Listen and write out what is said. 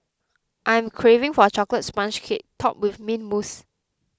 I am craving for a Chocolate Sponge Cake Topped with Mint Mousse